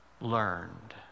learned